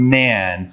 man